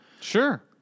Sure